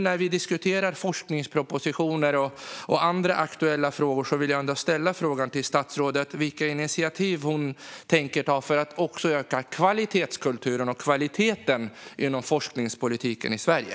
När vi nu diskuterar forskningspropositioner och andra aktuella frågor undrar jag vilka initiativ statsrådet tänker ta för att också öka kvalitetskulturen och kvaliteten inom forskningspolitiken i Sverige.